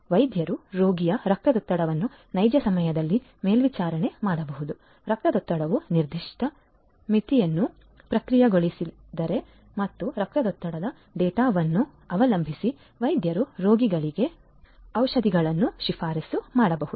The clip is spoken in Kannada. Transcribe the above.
ವೈದ್ಯರು ರೋಗಿಯ ರಕ್ತದೊತ್ತಡವನ್ನು ನೈಜ ಸಮಯದಲ್ಲಿ ಮೇಲ್ವಿಚಾರಣೆ ಮಾಡಬಹುದು ರಕ್ತದೊತ್ತಡವು ನಿರ್ದಿಷ್ಟ ಮಿತಿಯನ್ನು ಪ್ರಕ್ರಿಯೆಗೊಳಿಸಿದರೆ ಮತ್ತು ರಕ್ತದೊತ್ತಡದ ಡೇಟಾವನ್ನು ಅವಲಂಬಿಸಿ ವೈದ್ಯರು ರೋಗಿಗಳಿಗೆ medicines ಷಧಿಗಳನ್ನು ಶಿಫಾರಸು ಮಾಡಬಹುದು